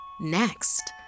Next